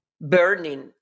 burning